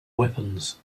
weapons